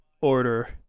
order